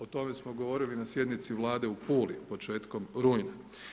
O tme smo govorili na sjednici Vlade u Puli, početkom rujna.